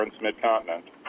mid-continent